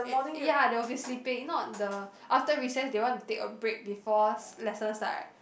eh ya they will be sleeping not the after recess they want to take a break before lessons start